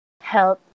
help